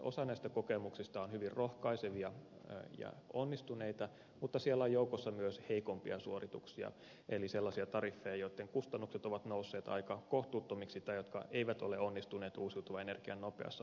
osa näistä kokemuksista on hyvin rohkaisevia ja onnistuneita mutta siellä on joukossa myös heikompia suorituksia eli sellaisia tariffeja joitten kustannukset ovat nousseet aika kohtuuttomiksi tai jotka eivät ole onnistuneet uusiutuvan energian nopeassa vauhdittamisessa